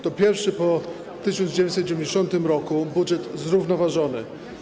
To pierwszy po 1990 r. budżet zrównoważony.